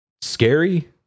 scary